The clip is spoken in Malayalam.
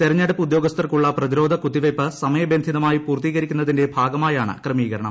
തെരഞ്ഞെടുപ്പ് ഉദ്യോഗസ്ഥർക്കുള്ള പ്രതിരോധ കുത്തിവയ്പ്പ് സമയബന്ധിതമായി പൂർത്തീകരിക്കുന്നതിന്റെ ഭാഗമായാണ് ക്രമീകരണം